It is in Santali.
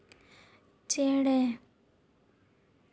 ᱪᱮᱬᱮ